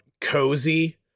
cozy